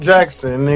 Jackson